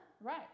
Right